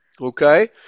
Okay